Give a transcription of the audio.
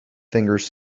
fingers